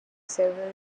several